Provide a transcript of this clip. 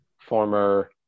former